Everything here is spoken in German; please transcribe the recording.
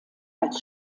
als